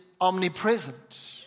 omnipresent